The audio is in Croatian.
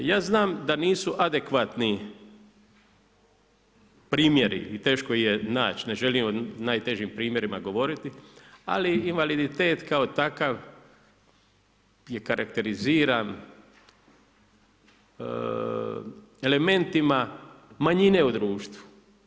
Ja znam da nisu adekvatni primjeri i teško ih je naći, ne želim o najtežim primjerima govoriti, ali invaliditet kao takav je karakteriziran elementima manjine u društvu.